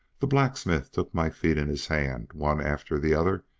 the blacksmith took my feet in his hand, one after the other,